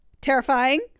terrifying